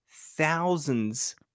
thousands